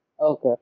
okay